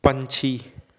ਪੰਛੀ